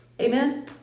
Amen